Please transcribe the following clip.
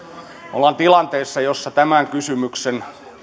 olemme tilanteessa jossa tämän kysymyksen